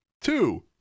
two